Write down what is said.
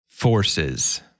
forces